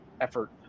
effort